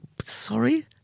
sorry